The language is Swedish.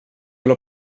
vill